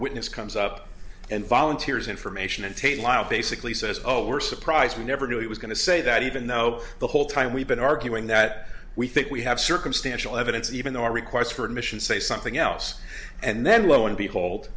witness comes up and volunteers information and tail out basically says oh we're surprised we never knew it was going to say that even though the whole time we've been arguing that we think we have circumstantial evidence even though our requests for admission say something else and then lo and behold